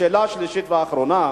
השאלה השלישית והאחרונה,